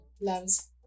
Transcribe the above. loves